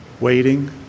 waiting